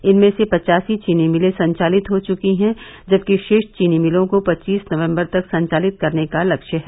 इनमें से पचासी चीनी मिलें संचालित हो चुकी हैं जबकि रोष चीनी मिलों को पवीस नवम्बर तक संचालित करने का लक्ष्य है